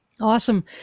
Awesome